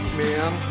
man